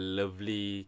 lovely